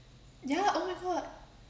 ya oh my god